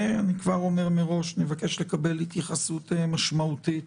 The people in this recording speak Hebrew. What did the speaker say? ואני כבר אומר מראש: נבקש לקבל התייחסות משמעותית